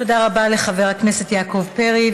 תודה רבה לחבר הכנסת יעקב פרי.